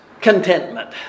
contentment